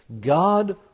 God